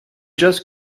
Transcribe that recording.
just